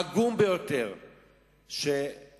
העגום ביותר שלנו,